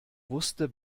wusste